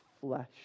flesh